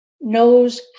knows